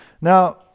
Now